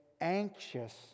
anxious